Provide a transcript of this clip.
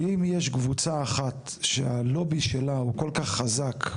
שאם יש קבוצה אחת שהלובי שלה הוא כל כך חזק,